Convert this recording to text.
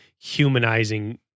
Humanizing